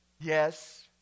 Yes